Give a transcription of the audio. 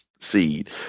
seed